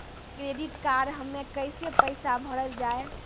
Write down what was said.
Credit card हम्मे कैसे पैसा भरल जाए?